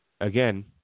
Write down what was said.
Again